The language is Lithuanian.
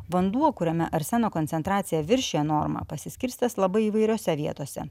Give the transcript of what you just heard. vanduo kuriame arseno koncentracija viršija normą pasiskirstęs labai įvairiose vietose